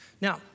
Now